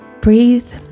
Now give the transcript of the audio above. breathe